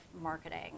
marketing